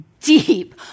deep